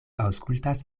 aŭskultas